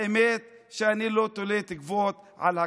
האמת היא שאני לא תולה תקוות בקפיטל.